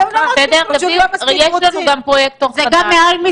גם בימים האלה.